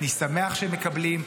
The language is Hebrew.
אני שמח שהם מקבלים,